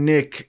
Nick